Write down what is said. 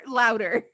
louder